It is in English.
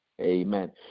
Amen